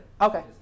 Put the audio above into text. Okay